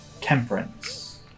temperance